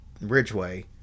Ridgeway